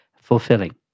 fulfilling